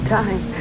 time